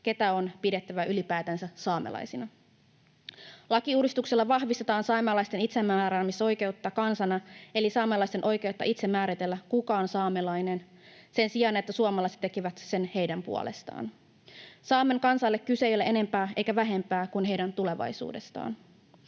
keitä on pidettävä ylipäätänsä saamelaisena. Lakiuudistuksella vahvistetaan saamelaisten itsemääräämisoikeutta kansana eli saamelaisten oikeutta itse määritellä, kuka on saamelainen, sen sijaan, että suomalaiset tekevät sen heidän puolestaan. Saamen kansalle kyse ei ole enemmästä eikä vähemmästä kuin heidän tulevaisuudestaan.